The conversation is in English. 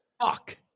Fuck